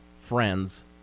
friends